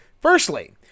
Firstly